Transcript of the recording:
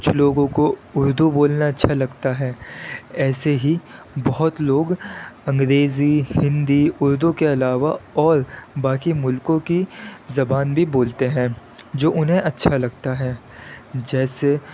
کچھ لوگوں کو اردو بولنا اچھا لگتا ہے ایسے ہی بہت لوگ انگریزی ہندی اردو کے علاوہ اور باقی ملکوں کی زبان بھی بولتے ہیں جو انہیں اچھا لگتا ہے جیسے